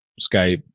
skype